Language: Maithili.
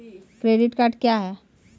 क्रेडिट कार्ड क्या हैं?